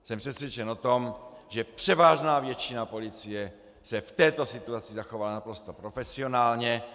Jsem přesvědčen o tom, že převážná většina policie se v této situaci zachovala naprosto profesionálně.